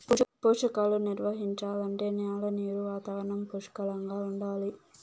పోషకాలు నిర్వహించాలంటే న్యాల నీరు వాతావరణం పుష్కలంగా ఉండాలి